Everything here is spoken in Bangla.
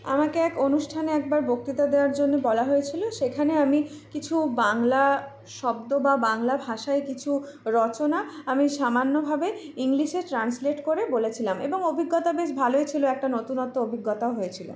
আমাকে এক অনুষ্ঠানে একবার বক্তৃতা দেওয়ার জন্য বলা হয়েছিলো সেখানে আমি কিছু বাংলা শব্দ বা বাংলা ভাষায় কিছু রচনা আমি সামান্যভাবে ইংলিশে ট্রান্সলেট করে বলেছিলাম এবং অভিজ্ঞতা বেশ ভালোই ছিল একটা নতুনত্ব অভিজ্ঞতাও হয়েছিলো